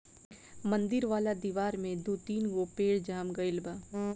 मंदिर वाला दिवार में दू तीन गो पेड़ जाम गइल बा